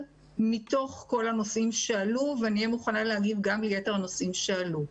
מתוך כל הנושאים שעלו ואני אהיה מוכנה להגיד גם ביתר הנושאים שעלו.